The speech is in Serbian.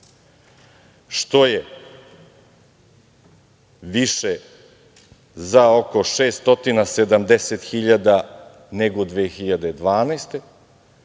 što je više za oko 670.000 neto 2012.